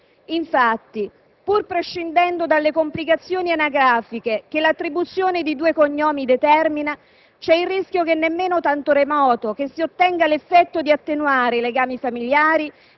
Infatti, pur prescindendo dalle complicazioni anagrafiche che l'attribuzione di due cognomi determina, c'è il rischio nemmeno tanto remoto che si ottenga l'effetto di attenuare i legami familiari